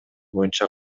боюнча